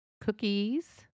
Cookies